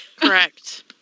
Correct